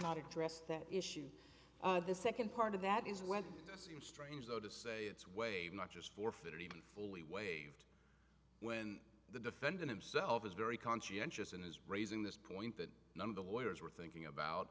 not addressed that issue of the second part of that is wet strange though to say it's way not just forfeit or even fully waived when the defendant himself is very conscientious and is raising this point that none of the lawyers were thinking about